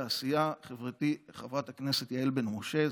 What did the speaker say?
חברתי חברת הכנסת יעל בן משה,